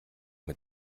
mit